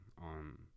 on